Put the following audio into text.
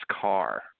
car